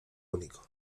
único